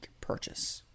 purchase